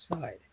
side